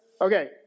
Okay